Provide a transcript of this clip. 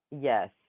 Yes